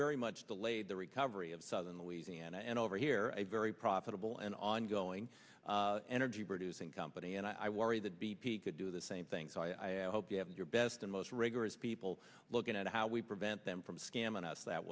very much delayed the recovery of southern louisiana and over here a very profitable and ongoing energy producing company and i worry that b p could do the same thing so i hope you have your best and most rigorous people looking at how we prevent them from scamming us that